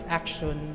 action